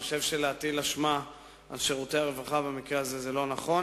אני חושב שלהטיל אשמה על שירותי הרווחה במקרה הזה זה לא נכון,